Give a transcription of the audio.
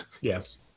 Yes